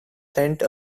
sent